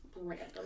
random